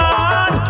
on